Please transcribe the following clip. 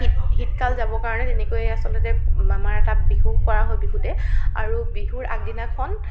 শীত শীতকাল যাবৰ কাৰণে তেনেকৈ আচলতে আমাৰ এটা বিহু কৰা হয় বিহুতে আৰু বিহুৰ আগদিনাখন